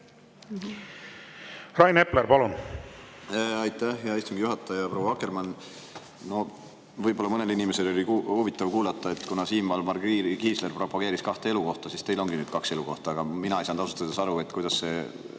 Rain Epler, palun!